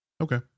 Okay